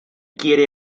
quiere